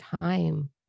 time